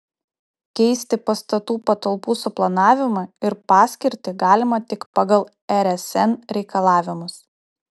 keisti pastatų patalpų suplanavimą ir paskirtį galima tik pagal rsn reikalavimus